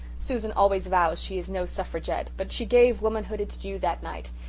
susan always vows she is no suffragette, but she gave womanhood its due that night,